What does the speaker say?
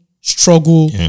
struggle